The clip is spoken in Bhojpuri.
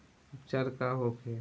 उपचार का होखे?